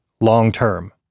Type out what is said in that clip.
long-term